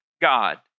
God